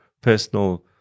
personal